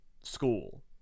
school